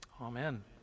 Amen